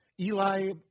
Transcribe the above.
Eli